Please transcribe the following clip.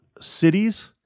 cities